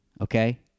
okay